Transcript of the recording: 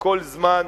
בכל זמן: